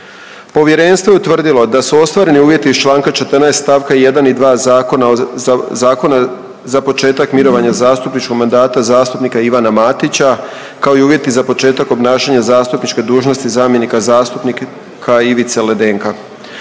Povjerenstvo je utvrdilo da su ostvareni uvjeti iz Članka 14. stavka 1. i 2. zakona o, zakona za početak mirovanja zastupničkog mandata zastupnika Ivana Matića kao i uvjeti za početak obnašanja dužnosti zamjenika zastupnika Ivice Ledenka.